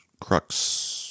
crux